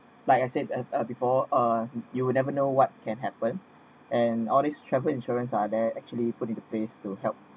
like I said uh uh before uh you will never know what can happen and all these travel insurance are there actually put in the place to help